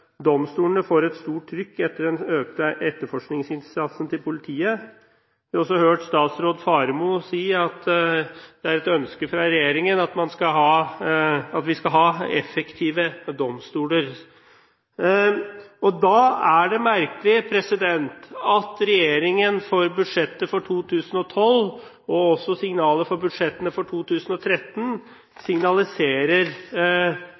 domstolene får et stort trykk etter den økte etterforskningsinnsatsen til politiet. Vi har også hørt statsråd Faremo si at det er et ønske fra regjeringen at vi skal ha effektive domstoler. Da er det merkelig at regjeringen i budsjettet for 2012 – og også når det gjelder budsjettet for 2013